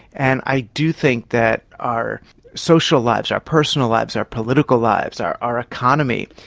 and i do think that our social lives, our personal lives, our political lives, our our economy,